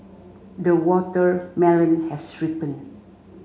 the watermelon has ripened